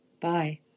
Bye